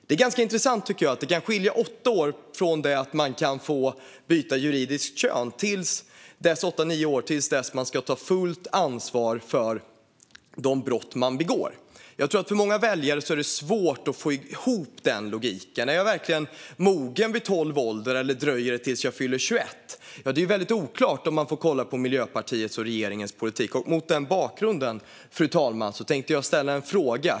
Det är ganska intressant, tycker jag, att det kan skilja åtta år mellan att man kan få byta juridiskt kön och att man ska ta fullt ansvar för de brott man begår. Jag tror att det är svårt för många väljare att få ihop den logiken. Är jag verkligen mogen vid tolv års ålder, eller dröjer det till jag fyller 21 år? Det är väldigt oklart när man kollar på Miljöpartiets och regeringens politik. Mot den bakgrunden, fru talman, tänkte jag ställa en fråga.